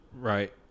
Right